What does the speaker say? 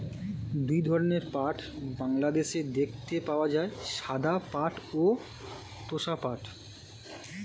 দুই ধরনের পাট বাংলাদেশে দেখতে পাওয়া যায়, সাদা পাট ও তোষা পাট